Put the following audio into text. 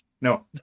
no